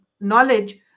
knowledge